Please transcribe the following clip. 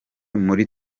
muri